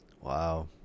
Wow